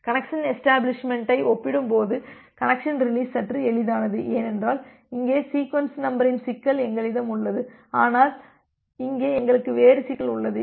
connection எஷ்டபிளிஷ்மெண்ட்டை ஒப்பிடும்போது connection release சற்று எளிதானது ஏனென்றால் இங்கே சீக்வென்ஸ் நம்பரின் சிக்கல் எங்களிடம் இல்லை ஆனால் இங்கே எங்களுக்கு வேறு சிக்கல் உள்ளது